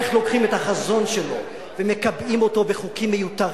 איך לוקחים את החזון שלו ומקבעים אותו בחוקים מיותרים,